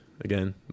again